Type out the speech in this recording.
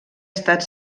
estat